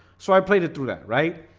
so i played it through that, right?